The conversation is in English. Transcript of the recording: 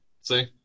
See